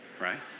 right